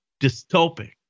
dystopic